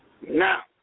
Now